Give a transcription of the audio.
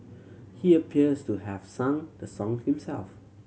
he appears to have sung the song himself